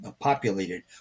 populated